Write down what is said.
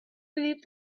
believed